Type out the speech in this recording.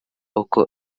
uko